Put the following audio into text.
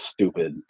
stupid